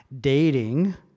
dating